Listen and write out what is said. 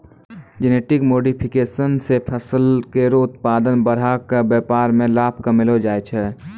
genetic modification सें फसल केरो उत्पादन बढ़ाय क व्यापार में लाभ कमैलो जाय छै